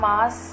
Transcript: Mass